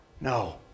No